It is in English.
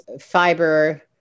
fiber